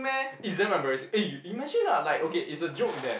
it's damn embarrassing eh you imagine lah like okay it's a joke that